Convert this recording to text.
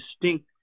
distinct